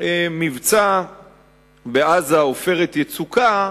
מבצע בעזה, "עופרת יצוקה",